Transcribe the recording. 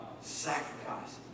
Sacrifice